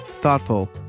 thoughtful